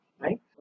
right